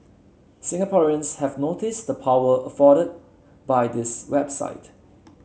Singaporeans have noticed the power afforded by this website